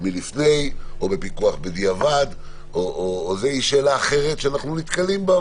לפני או בפיקוח בדיעבד היא שאלה אחרת שאנחנו נתקלים בה,